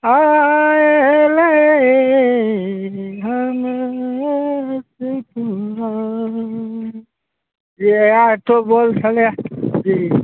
आयल रे हेरथि मुरारी इएह बोल छलै हँ जी